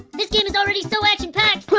this game is already so action packed,